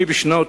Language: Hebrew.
אני, בשנות